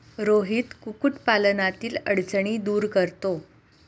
रोहित कुक्कुटपालनातील अडचणी दूर करतो